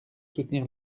soutenir